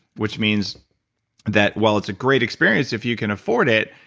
which means that while it's a great experience if you can afford it,